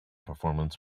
performance